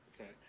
okay